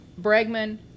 Bregman